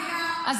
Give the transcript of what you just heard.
פנינה --- אח אחר.